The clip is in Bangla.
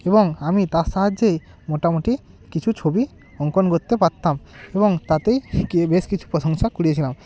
এবং আমি তার সাহায্যেই মোটামোটি কিছু ছবি অঙ্কন করতে পারতাম এবং তাতেই শিখে বেশ কিছু প্রশংসা কুড়িয়েছিলাম